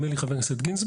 נדמה לי שחה"כ גינזבורג,